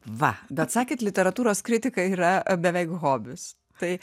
va bet sakėt literatūros kritika yra beveik hobis tai